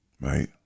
right